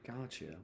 Gotcha